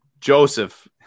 Joseph